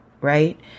Right